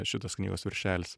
šitos knygos viršelis